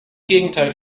gegenteil